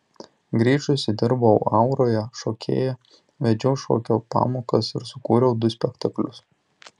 grįžusi dirbau auroje šokėja vedžiau šokio pamokas ir sukūriau du spektaklius